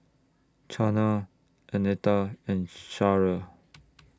Chana Annetta and Sharyl